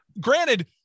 granted